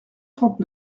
trente